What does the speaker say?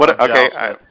Okay